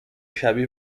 شبیه